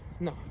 No